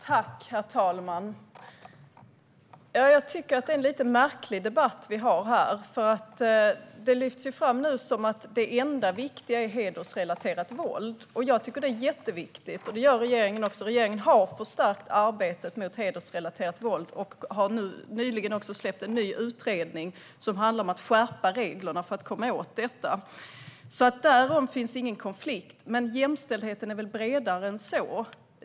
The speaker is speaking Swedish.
Herr talman! Jag tycker att den debatt vi har är lite märklig. Det framställs nu som att det enda viktiga är hedersrelaterat våld. Jag tycker att det är jätteviktigt, och det gör regeringen också. Regeringen har förstärkt arbetet mot hedersrelaterat våld och har nyligen också släppt en ny utredning som handlar om att skärpa reglerna för att komma åt detta. Här finns alltså ingen konflikt. Men jämställdheten är väl bredare än så?